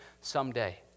someday